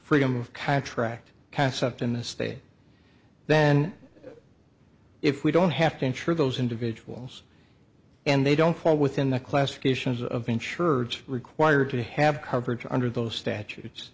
freedom of contract concept in the state then if we don't have to insure those individuals and they don't fall within the classifications of in church required to have coverage under those statutes